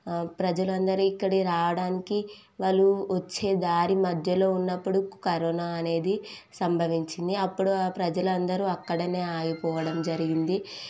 ప్రజలు అందరు ఇక్కడికి రావడానికి వాళ్ళు వచ్చేదారి మధ్యలో ఉన్నప్పుడు కరోనా అనేది సంభవించింది అప్పుడు ఆ ప్రజలు అందరు అక్కడ ఆగిపోవడం జరిగింది